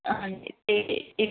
ਹਾਂਜੀ ਅਤੇ ਇ